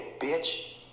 bitch